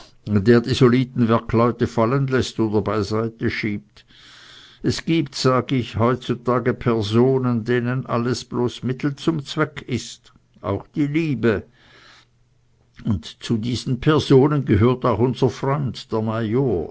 der die soliden werkleute fallen läßt oder beiseite schiebt es gibt sag ich heutzutage personen denen alles bloß mittel zum zweck ist auch die liebe und zu diesen personen gehört auch unser freund der